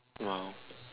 !wow!